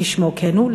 כשמו כן הוא,